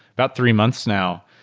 about three months now.